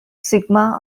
sigma